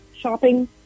shopping